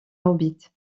orbite